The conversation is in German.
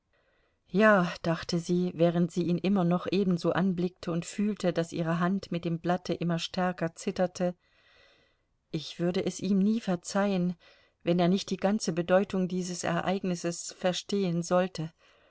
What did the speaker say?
ja dachte sie während sie ihn immer noch ebenso anblickte und fühlte daß ihre hand mit dem blatte immer stärker zitterte ich würde es ihm nie verzeihen wenn er nicht die ganze bedeutung dieses ereignisses verstehen sollte